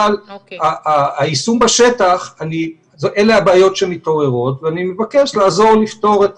אבל ביישום בשטח אלה הבעיות שמתעוררות ואני מבקש לעזור לפתור את